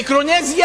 מיקרונזיה.